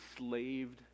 enslaved